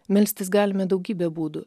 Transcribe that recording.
melstis galime daugybę būdų